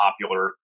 popular